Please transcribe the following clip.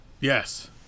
Yes